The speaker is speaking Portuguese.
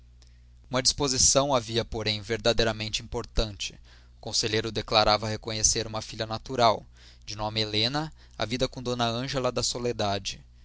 uma disposição havia porém verdadeiramente importante o conselheiro declarava reconhecer uma filha natural de nome helena havida com d ângela da soledade